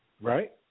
right